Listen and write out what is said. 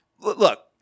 look